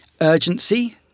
urgency